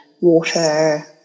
water